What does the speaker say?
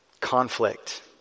conflict